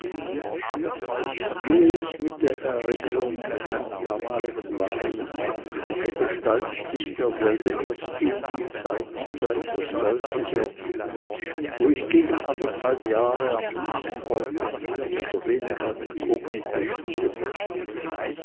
gehe ich mit der erinnerung meinem damaligen wandel nach so gestaltet sich derselbe erst um die zeit wieder etwas deutlicher wo ich gegen anderthalb jahre am musenorte mehr oder weniger inkognito zugebracht